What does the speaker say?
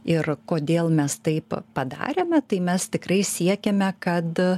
ir kodėl mes taip padarėme tai mes tikrai siekiame kad